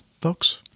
folks